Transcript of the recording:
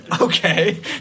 okay